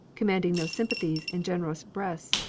commanding no sympathies in generous breasts,